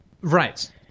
Right